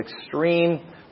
extreme